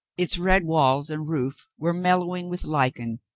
its red walls and roof were mellowing with lichen,